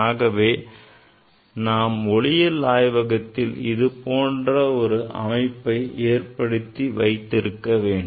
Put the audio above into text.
ஆகவே நாம் ஒளியில் ஆய்வகத்தில் இதுபோன்ற ஒரு அமைப்பை ஏற்படுத்தி வைக்க வேண்டும்